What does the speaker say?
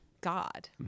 God